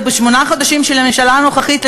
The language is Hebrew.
לתקן בשמונה חודשים של הממשלה הנוכחית.